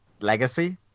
Legacy